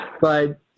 but-